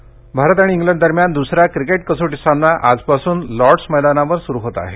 cricket Bharat आणि England दरम्यान दुसरा क्रिकेट कसोटी सामना आजपासून लॉड्स मैदानावर सुरू होत आहे